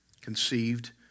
conceived